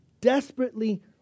desperately